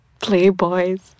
playboys